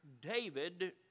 David